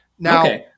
Now